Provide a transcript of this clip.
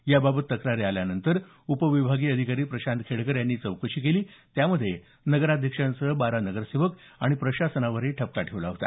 याबाबत तक्रारी आल्यानंतर उपविभागीय अधिकारी प्रशांत खेडेकर यांनी चौकशी केली त्यामध्ये नगराध्यक्षांसह बारा नगरसेवक आणि प्रशासनावरही ठपका ठेवला होता